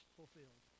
fulfilled